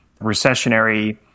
recessionary